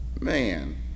man